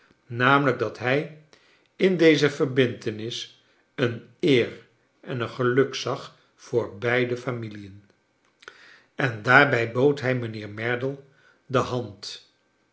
nl dat hij in deze verbintenis een eer en een geluk zag voor beide familien en daarbij bood hij mijnheer merdle de hand